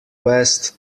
west